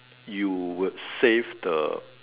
you would save the